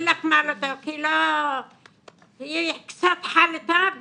אין לך --- היא קצת חלתה,